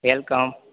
welcome